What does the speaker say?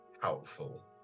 helpful